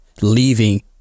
leaving